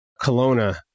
Kelowna